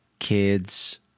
kids